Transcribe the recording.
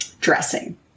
dressing